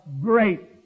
great